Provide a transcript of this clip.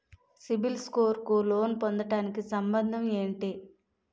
CIBIL score కు loan పొందటానికి సంబంధం ఏంటి?